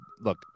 look